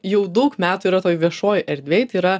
jau daug metų yra toj viešoj erdvėj tai yra